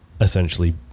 essentially